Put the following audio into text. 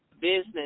business